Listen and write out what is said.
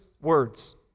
words